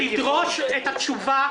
תדרוש את התשובה,